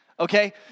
okay